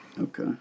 Okay